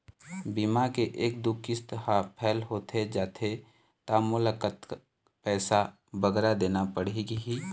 बीमा के एक दो किस्त हा फेल होथे जा थे ता मोला कतक पैसा बगरा देना पड़ही ही?